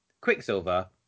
Quicksilver